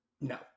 No